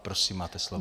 Prosím, máte slovo.